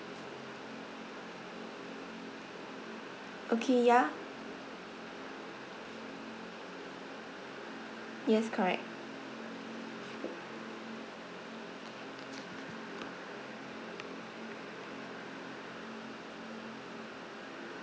okay ya yes correct